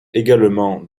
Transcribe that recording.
également